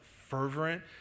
fervent